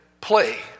play